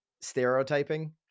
stereotyping